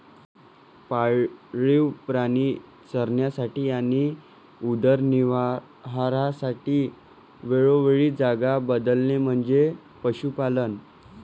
पाळीव प्राणी चरण्यासाठी आणि उदरनिर्वाहासाठी वेळोवेळी जागा बदलणे म्हणजे पशुपालन